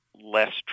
less